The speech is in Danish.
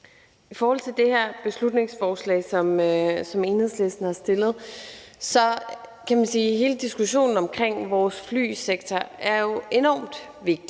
I forhold til det her beslutningsforslag, som Enhedslisten har fremsat, kan man sige, at hele diskussionen omkring vores flysektor jo er enormt vigtig.